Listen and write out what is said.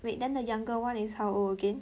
wait then the younger one is how old again